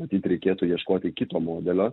matyt reikėtų ieškoti kito modelio